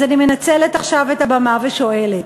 אז אני מנצלת עכשיו את הבמה ושואלת: